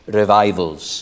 revivals